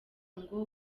ngo